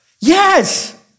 Yes